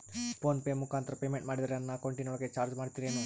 Phone pay ಮುಖಾಂತರ payment ಮಾಡಿದರೆ ನನ್ನ ಅಕೌಂಟಿನೊಳಗ ಚಾರ್ಜ್ ಮಾಡ್ತಿರೇನು?